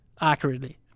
accurately